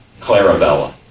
Clarabella